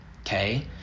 okay